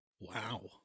Wow